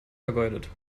vergeudet